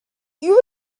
you